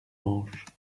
manches